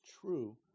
true